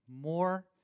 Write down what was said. more